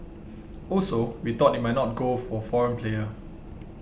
also we thought it might not go for foreign player